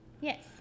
Yes